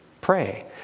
pray